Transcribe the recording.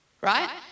right